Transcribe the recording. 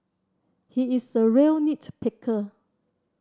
he is a real nit picker